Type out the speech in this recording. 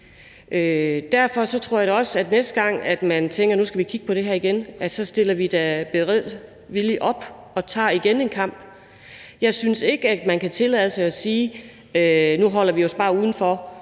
Derfor tror jeg da også, at vi, næste gang man tænker, at nu skal man kigge på det her, stiller beredvilligt op og tager kampen igen. Jeg synes ikke, at man kan tillade sig at sige, at man nu bare holder sig udenfor;